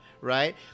right